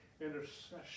intercession